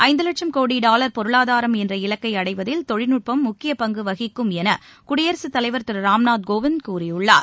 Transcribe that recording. ஐந்து லட்சம் கோடி டாலர் பொருளாதாரம் என்ற இலக்கை அடைவதில் தொழில்நுட்பம் முக்கிய பங்கு வகிக்கும் என குடியரசுத் தலைவர் திரு ராம்நாத் கோவிந்த் கூறியுள்ளார்